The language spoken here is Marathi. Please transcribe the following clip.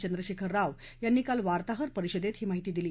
चंद्रशेखर राव यांनी काल वार्ताहर परिषदेत ही माहिती दिली